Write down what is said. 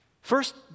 first